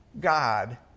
God